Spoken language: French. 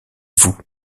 vous